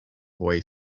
boy